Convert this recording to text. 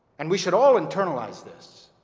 and we should all internalize this